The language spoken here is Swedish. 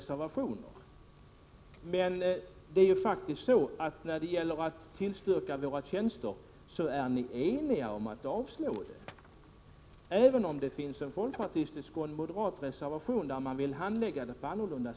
Men i fråga om nya tjänster är ni eniga om att avslå det förslaget, även om det finns en reservation från folkpartisterna och moderaterna som innebär att man vill handlägga ärendet annorlunda.